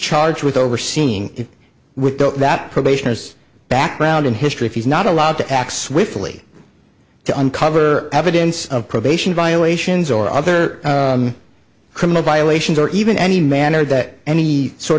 charged with overseeing it with that probation as background and history if he's not allowed to act swiftly to uncover evidence of probation violations or other criminal violations or even any manner that any sort